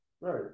Right